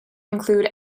include